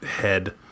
head